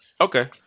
Okay